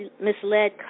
misled